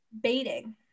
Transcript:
baiting